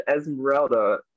Esmeralda